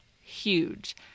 huge